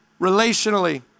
relationally